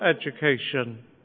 education